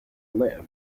live